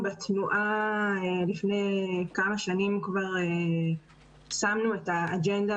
כבר לפני כמה שנים שמנו בתנועה את האג'נדה